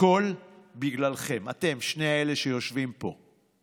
הכול בגללכם, אתם, שני אלה שיושבים פה,